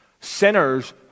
sinners